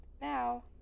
Now